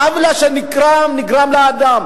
העוול שנגרם הוא נגרם לאדם.